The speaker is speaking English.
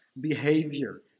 behavior